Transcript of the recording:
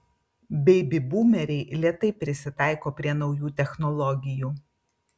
beibi būmeriai lėtai prisitaiko prie naujų technologijų